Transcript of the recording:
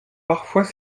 parfois